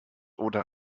oder